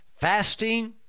fasting